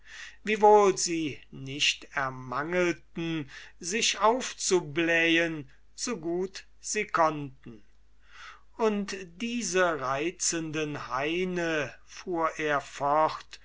wiewohl sie nicht ermangelten sich aufzublähen so gut sie konnten und diese reizenden haine